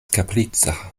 kaprica